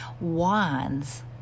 wands